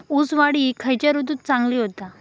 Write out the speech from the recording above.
ऊस वाढ ही खयच्या ऋतूत चांगली होता?